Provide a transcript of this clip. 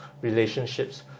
relationships